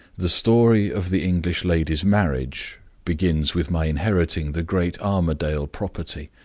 the story of the english lady's marriage begins with my inheriting the great armadale property,